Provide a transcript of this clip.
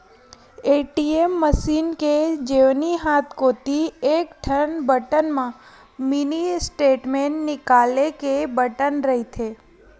ATM machine के जेवनी हाथ कोती एकठन बटन म मिनी स्टेटमेंट निकाले के बटन रहिथे